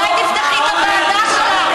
אולי תפתחי את הוועדה שלך,